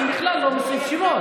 אני בכלל לא מוסיף שמות.